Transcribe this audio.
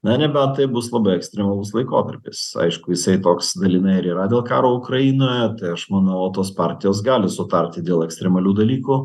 na nebent tai bus labai ekstremalus laikotarpis aišku jisai toks dalinai ir yra dėl karo ukrainoje tai aš manau tos partijos gali sutarti dėl ekstremalių dalykų